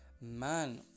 man